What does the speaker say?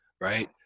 Right